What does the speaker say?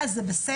אז זה בסדר?